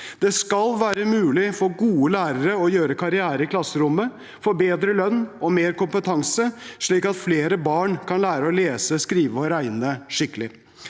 Det skal være mulig for gode lærere å gjøre karriere i klasserommet, få bedre lønn og mer kompetanse, slik at flere barn kan lære å lese, skrive og regne skikkelig.